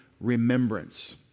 remembrance